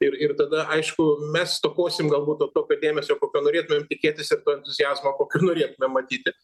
ir ir tada aišku mes stokosim galbūt to tokio dėmesio kokio norėtumėm tikėtis ir entuziazmo kokio norėtumėm matyti